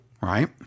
Right